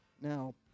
Now